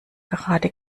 gerade